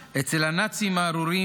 צור: